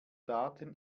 daten